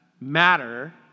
matter